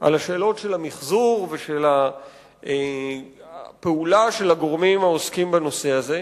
על השאלות של המיחזור ושל הפעולה של הגורמים העוסקים בנושא הזה.